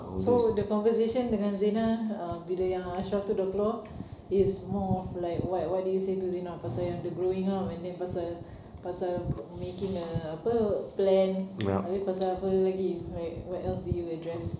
so the conversation dengan zina err bila yang ashraf itu sudah keluar it's more of like what what did you say to zina pasal yang the growing up and then pasal pasal making a apa plan habis pasal apa lagi like what else did you address